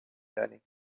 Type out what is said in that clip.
دانیم